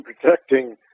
protecting